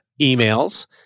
emails